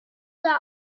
that